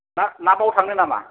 ना बाव थांनो नामा